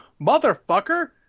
motherfucker